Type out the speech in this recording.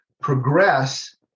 progress